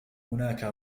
هناك